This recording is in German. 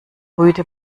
rüde